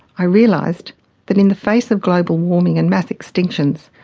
i realised that in the face of global warming and mass extinctions,